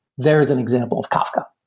there is an example of kafka.